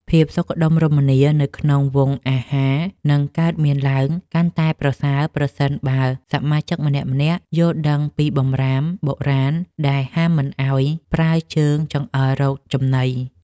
ភាពសុខដុមរមនានៅក្នុងវង់អាហារនឹងកើតមានឡើងកាន់តែប្រសើរប្រសិនបើសមាជិកម្នាក់ៗយល់ដឹងពីបម្រាមបុរាណដែលហាមមិនឱ្យប្រើជើងចង្អុលរកចំណី។